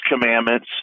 commandments